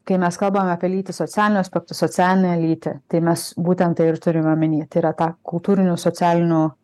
kai mes kalbam apie lytį socialiniu aspektu socialinę lytį tai mes būtent tai ir turime omeny tai yra tą kultūrinių socialinių